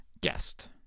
guest